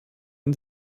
ein